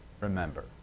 remember